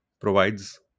provides